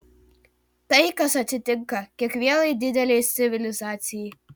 tai kas atsitinka kiekvienai didelei civilizacijai